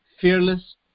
Fearless